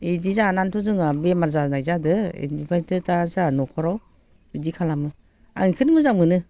बिदि जानानैथ' जोंङो बेमार जानाय जादों बेनिफ्रायथ' दा जोंहा न'खराव बिदि खालामो आं बेखौनो मोजां मोनो